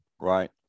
Right